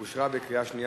נתקבל.